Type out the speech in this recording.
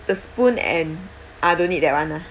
the spoon and ah don't need that [one] ah